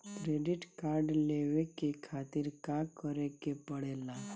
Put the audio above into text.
Credit card लेवे के खातिर का करेके पड़ेला?